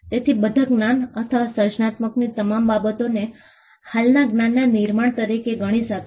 તેથી બધા જ્ઞાન અથવા સર્જનાત્મકતાની તમામ બાબતોને હાલના જ્ઞાનના નિર્માણ તરીકે ગણી શકાય